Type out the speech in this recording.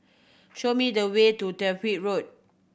show me the way to Tyrwhitt Road